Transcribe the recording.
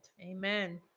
Amen